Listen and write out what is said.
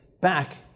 back